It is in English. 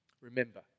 Remember